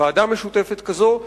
לוועדה משותפת כזאת,